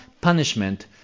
punishment